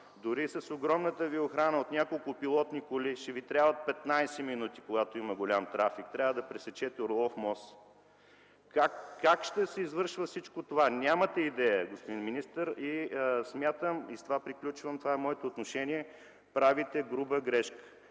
дори с огромната Ви охрана от няколко пилотни коли, ще Ви трябват 15 минути, когато има голям трафик, трябва да пресечете „Орлов мост”. Как ще се извършва всичко това? Нямате идея, господин министър, с това приключвам, това е моето отношение, смятам че правите груба грешка